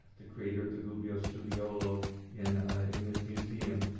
the creator of the gubbio studiolo in in this museum,